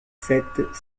sept